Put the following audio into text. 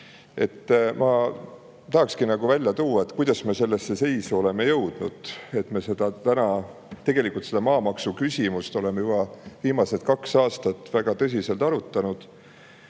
Tahakski välja tuua, kuidas me sellesse seisu oleme jõudnud – tegelikult seda maamaksuküsimust me oleme juba viimased kaks aastat väga tõsiselt arutanud